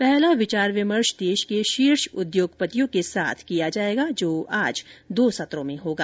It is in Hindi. पहला विचार विमर्श देश के शीर्ष उद्योगपतियों के साथ किया जायेगा जो आज दो सत्रों में होगा